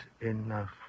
enough